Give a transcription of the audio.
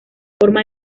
forma